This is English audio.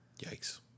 Yikes